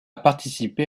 participé